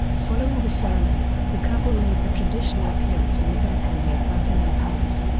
following the ceremony, the couple made the traditional appearance on the balcony of buckingham palace.